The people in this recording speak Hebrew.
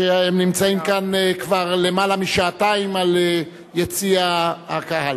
והם נמצאים כאן כבר למעלה משעתיים, ביציע הקהל.